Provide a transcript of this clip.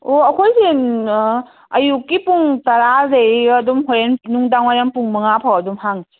ꯑꯣ ꯑꯩꯈꯣꯏꯁꯤꯅ ꯑ ꯑꯌꯨꯛꯀꯤ ꯄꯨꯡ ꯇꯔꯥꯗꯒꯤꯅ ꯑꯗꯨꯝ ꯍꯣꯔꯦꯟ ꯅꯨꯡꯗꯥꯡ ꯋꯥꯏꯔꯝ ꯄꯨꯡ ꯃꯉꯥ ꯐꯥꯎ ꯑꯗꯨꯝ ꯍꯥꯡꯉꯦ